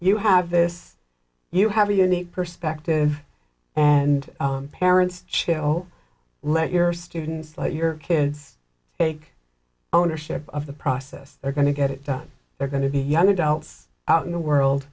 you have this you have a unique perspective and parents chill let your students let your kids take ownership of the process they're going to get it they're going to be young adults out in the world